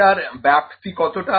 ডাটার ব্যাপ্তি কতটা